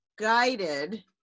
guided